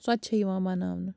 سۄ تہِ چھِ یِوان مناونہٕ